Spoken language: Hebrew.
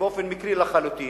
באופן מקרי לחלוטין,